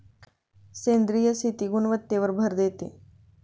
सेंद्रिय शेती गुणवत्तेवर भर देते